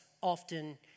often